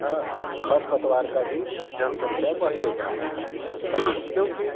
हँ खर पतवार का भी जनसंख्या बढ़ते जा रहा है क्योंकि